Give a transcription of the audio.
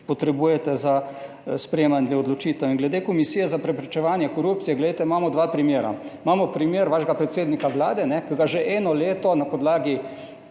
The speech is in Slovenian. potrebujete za sprejemanje odločitev. In glede Komisije za preprečevanje korupcije, glejte imamo dva primera. Imamo primer vašega predsednika Vlade, ki ga že eno leto na podlagi